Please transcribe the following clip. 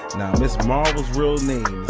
now ms. marvel's real name